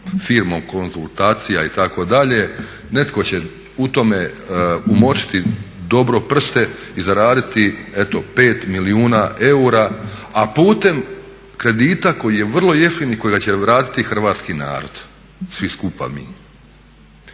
krinkom konzultacija itd. netko će u tome umočiti dobro prste i zaraditi eto 5 milijuna eura a putem kredita koji je vrlo jeftin i kojega će vratiti hrvatski narod, svi skupa mi.